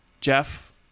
jeff